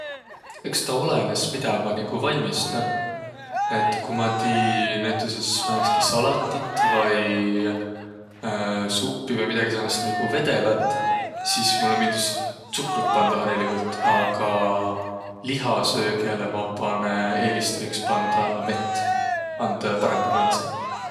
Eks taa olõnõs, midä maq nigu valmista. Et ku maq tii näütüses määnestki salatit vai suppi vai midägi säänest nigu vedelät, sis mullõ miildüs tsukrut pandaq hariligult. Aga lihasöögele maq panõ, eelistä iks pandaq mett, and parõmba maitsõ.